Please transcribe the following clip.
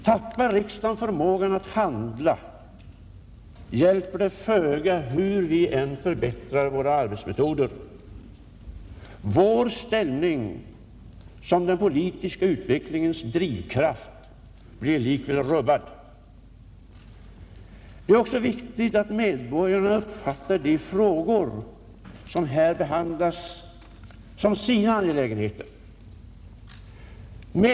Tappar riksdagen förmågan att handla, hjälper det föga hur vi än förbättrar våra arbetsmetoder. Vår ställning som den politiska utvecklingens drivkraft blir likväl rubbad. Det är också viktigt att medborgarna uppfattar de frågor som här behandlas som sina angelägenheter.